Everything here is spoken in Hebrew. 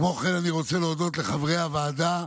כמו כן, אני רוצה להודות לחברי הוועדה,